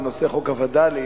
בנושא חוק הווד"לים,